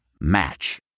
Match